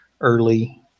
early